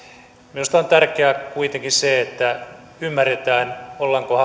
minusta on on tärkeää kuitenkin se että ymmärretään